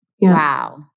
Wow